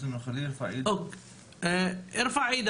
בבקשה.